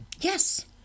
Yes